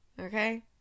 Okay